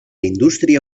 indústria